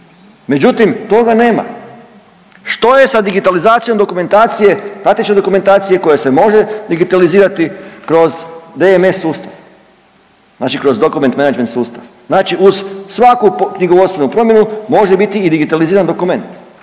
međutim toga nema. Što je sa digitalizacijom dokumentacije, prateće dokumentacije koja se može digitalizirati kroz DMS sustav, znači kroz Document management sustav? Znači uz svaku knjigovodstvenu promjenu može biti i digitaliziran dokument.